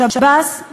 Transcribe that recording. שב"ס,